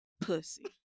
pussy